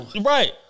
Right